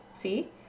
see